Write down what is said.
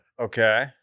Okay